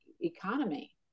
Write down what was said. economy